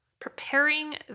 preparing